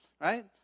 Right